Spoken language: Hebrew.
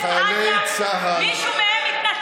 כשחיילי צה"ל,